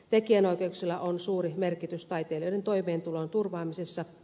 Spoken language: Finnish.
tekijänoikeuksilla on suuri merkitys taiteilijoiden toimeentulon turvaamisessa